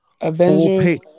Avengers